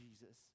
Jesus